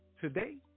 today